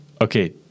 Okay